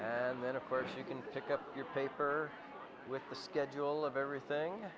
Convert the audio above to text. and then of course you can pick up your paper with the schedule of everything